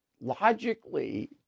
logically